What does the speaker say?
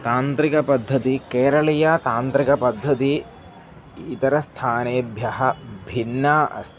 तान्त्रिकपद्धतिः केरलीया तान्त्रिकपद्धतिः इतरस्थानेभ्यः भिन्ना अस्ति